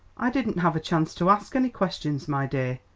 i didn't have a chance to ask any questions, my dear.